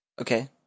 Okay